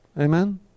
Amen